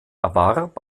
erwarb